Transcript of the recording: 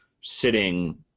sitting